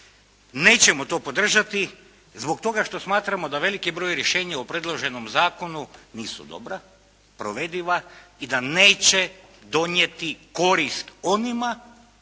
nećemo to podržati zbog toga što smatramo da veliki broj rješenja o predloženom zakonu nisu dobra, provediva i da neće donijeti korist onima